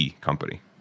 company